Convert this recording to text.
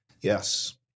Yes